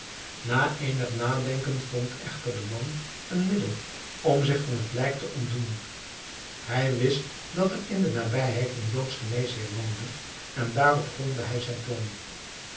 na eenig nadenken vond echter de man een middel om zich van het lijk te ontdoen hij wist dat er in de nabijheid een joodsch geneesheer woonde en daarop grondde hij zijn plan